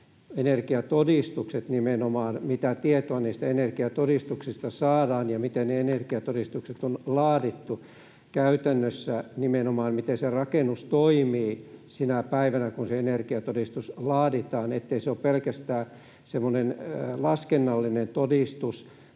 mitä tietoa niistä energiatodistuksista saadaan ja miten ne energiatodistukset on laadittu, käytännössä nimenomaan, miten se rakennus toimii sinä päivänä, kun se energiatodistus laaditaan, ettei se ole pelkästään semmoinen laskennallinen todistus